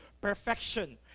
perfection